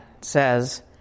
says